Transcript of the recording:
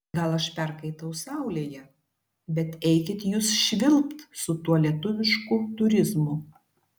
gal aš perkaitau saulėje bet eikit jūs švilpt su tuo lietuvišku turizmu